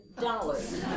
dollars